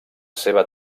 seva